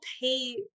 pay